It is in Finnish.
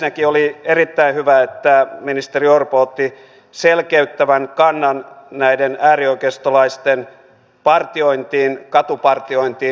ensinnäkin oli erittäin hyvä että ministeri orpo otti selkeyttävän kannan näiden äärioikeistolaisten partiointiin katupartiointiin